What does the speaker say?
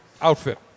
outfit